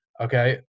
okay